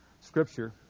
Scripture